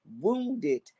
wounded